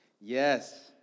Yes